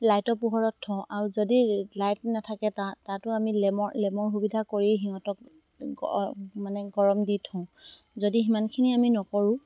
লাইটৰ পোহৰত থওঁ আৰু যদি লাইট নাথাকে তাতো আমি লেমৰ লেমৰ সুবিধা কৰি সিহঁতক মানে গৰম দি থওঁ যদি সিমানখিনি আমি নকৰোঁ